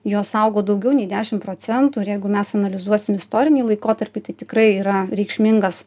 jos augo daugiau nei dešim procentų ir jeigu mes analizuosim istorinį laikotarpį tai tikrai yra reikšmingas